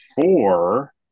four